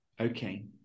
Okay